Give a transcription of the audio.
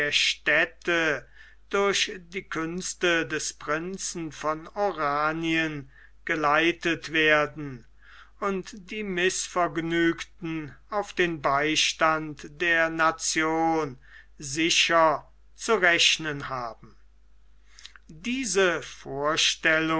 städte durch die künste des prinzen von oranien geleitet werden und die mißvergnügten auf den beistand der nation sicher zu rechnen haben diese vorstellung